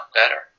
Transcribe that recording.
better